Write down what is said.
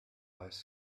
ice